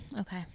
Okay